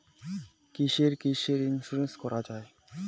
কিসের কিসের ইন্সুরেন্স করা যায়?